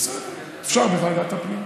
נו, בסדר, אפשר בוועדת הפנים.